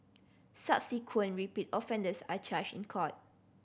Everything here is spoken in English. subsequent repeat offenders are charged in court